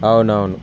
అవును అవును